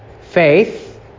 faith